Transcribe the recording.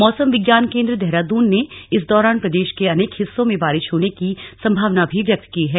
मौसम विज्ञान केंद्र देहरादून ने इस दौरान प्रदेश के अनेक हिस्सों में बारिश होने की संभावना भी व्यक्त की है